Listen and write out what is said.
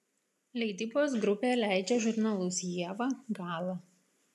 leidybos grupė leidžia žurnalus ieva gala